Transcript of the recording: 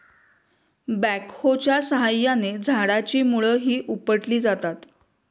बॅकहोच्या साहाय्याने झाडाची मुळंही उपटली जातात